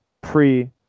pre